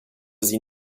sie